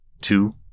two